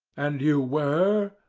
and you were?